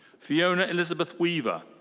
fiona elizabeth weaver.